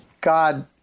God